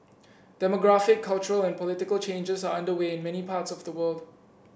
demographic cultural and political changes are underway in many parts of the world